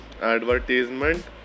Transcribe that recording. advertisement